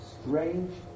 strange